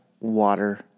water